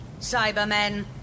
Cybermen